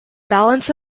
balance